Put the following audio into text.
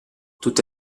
tutte